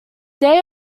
date